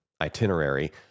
itinerary